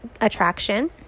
attraction